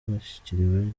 bashyiriweho